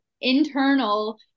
internal